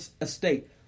estate